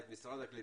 את משרד הקליטה,